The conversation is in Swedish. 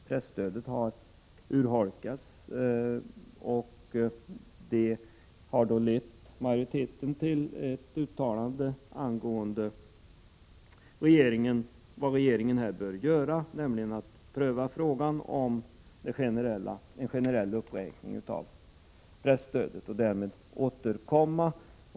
Presstödet har urholkats, och det har lett majoriteten till ett uttalande om vad regeringen här bör göra, nämligen pröva frågan om en generell uppräkning av presstödet och därefter återkomma.